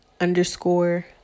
underscore